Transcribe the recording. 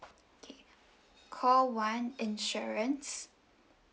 okay call one insurance